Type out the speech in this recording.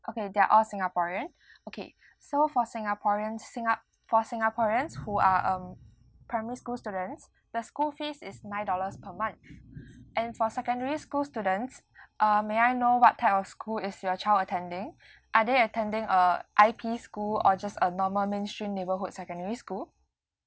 okay they're all singaporean okay so for singaporeans singa~ for singaporeans who are um primary school students the school fees is nine dollars per month and for secondary school students uh may I know what type of school is your child attending are they attending a I_P school or just a normal mainstream neighbourhood secondary school